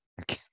Okay